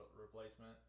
replacement